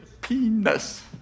penis